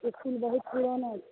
school बहुत पुराना छै